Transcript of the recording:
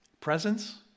Presence